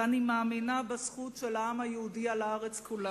ואני מאמינה בזכות של העם היהודי על הארץ כולה,